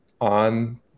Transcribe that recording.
on